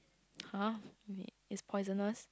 !huh! wait it's poisonous